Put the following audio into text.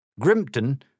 Grimpton